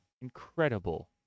incredible